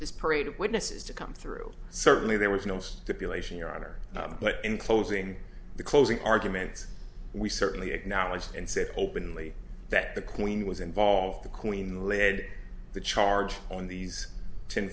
this parade of witnesses to come through certainly there was no stipulation your honor but in closing the closing arguments we certainly acknowledged and said openly that the queen was involved the queen led the charge on these ten